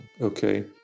okay